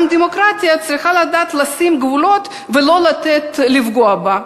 גם דמוקרטיה צריכה לדעת לשים גבולות ולא לתת לפגוע בה.